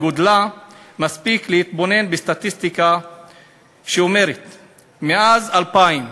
בגלל אוזלת ידה של המשטרה בטיפול באלימות